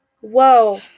Whoa